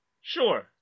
Sure